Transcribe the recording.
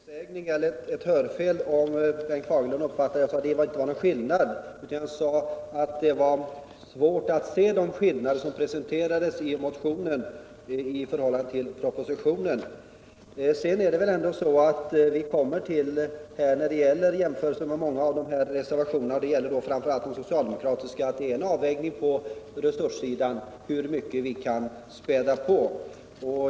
Herr talman! Det var en felsägning eller ett hörfel om Bengt Fagerlund uppfattade det så, att det inte skulle vara någon skillnad. Jag sade att det var svårt att se de skillnader som presenterades i motionen i förhållande till propositionen. Sedan är det väl ändå så när det gäller jämförelser med många av reservationerna, framför allt de socialdemokratiska, att man får göra en avvägning på resurssidan — hur mycket vi kan späda på.